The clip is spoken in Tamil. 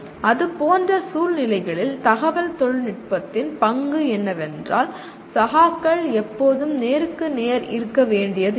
அதுபோன்ற சூழ்நிலைகளில் தகவல் தொழில்நுட்பத்தின் பங்கு என்னவென்றால் சகாக்கள் எப்போதும் நேருக்கு நேர் இருக்க வேண்டியதில்லை